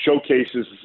showcases